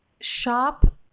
shop